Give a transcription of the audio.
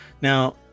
Now